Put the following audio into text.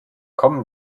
kommen